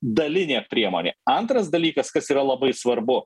dalinė priemonė antras dalykas kas yra labai svarbu